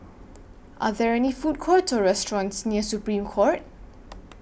Are There Food Courts Or restaurants near Supreme Court